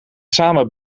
samen